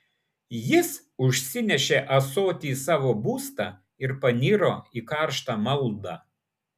jis užsinešė ąsotį į savo būstą ir paniro į karštą maldą